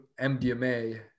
MDMA